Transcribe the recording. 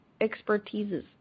expertises